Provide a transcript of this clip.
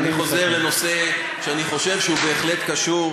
אני חוזר לנושא שאני חושב שהוא בהחלט קשור,